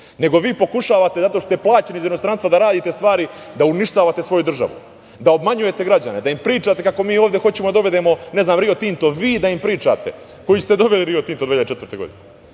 nego vi pokušavate zato što ste plaćeni iz inostranstva da radite stvari, da uništavate svoju državu, da obmanjujete građane, da im pričate kako mi ovde hoćemo da dovedemo, ne znam, Rio Tinto. Vi da im pričate, koji ste doveli Rio Tinto 2004. godine?